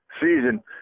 season